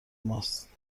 ماست